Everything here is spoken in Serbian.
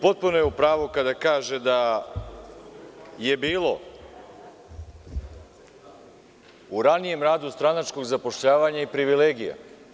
Potpuno je u pravu kada kaže je bilo u ranijem radu stranačkog zapošljavanja i privilegija.